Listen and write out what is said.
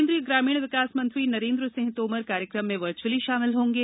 केन्द्रीय ग्रामीण विकास मंत्री नरेन्द्र सिंह तोमर कार्यक्रम में वर्चुअली शामिल होंगे